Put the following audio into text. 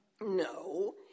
No